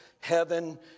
Heaven